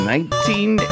Nineteen